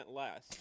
less